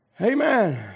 Amen